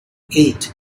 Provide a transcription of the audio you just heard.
eight